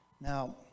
Now